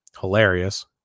hilarious